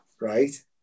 right